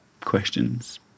questions